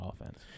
offense